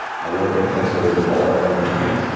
i work in a place where there's a bar every night.